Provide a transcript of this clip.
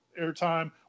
airtime